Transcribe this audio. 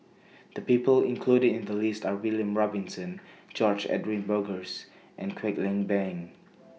The People included in The list Are William Robinson George Edwin Bogaars and Kwek Leng Beng